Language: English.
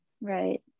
right